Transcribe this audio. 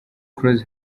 close